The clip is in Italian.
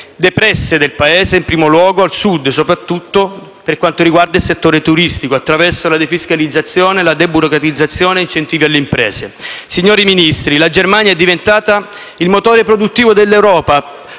depresse del Paese, in primo luogo al Sud, soprattutto per quanto riguarda il settore turistico, attraverso la defiscalizzazione, la deburocratizzazione e incentivi alle imprese. Signori Ministri, la Germania è diventata il motore produttivo dell'Europa